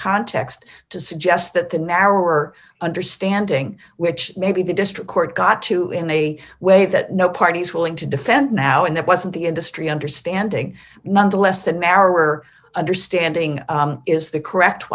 context to suggest that the narrower understanding which maybe the district court got to in a way that no party's willing to defend now and that was in the industry understanding nonetheless the narrower understanding is the correct